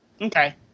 okay